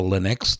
Linux